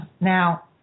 now